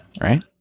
right